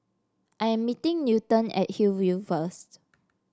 I am meeting Newton at Hillview first